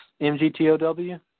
MGTOW